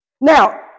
Now